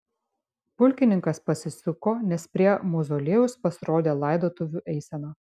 pulkininkas pasisuko nes prie mauzoliejaus pasirodė laidotuvių eisena